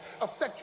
affect